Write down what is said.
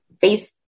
face